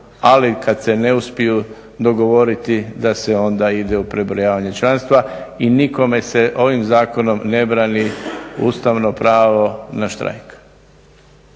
ali kada se ne uspiju dogovoriti da se onda ide u prebrojavanje članstva. I nikome se ovim zakonom ne brani ustavno pravo na štrajk.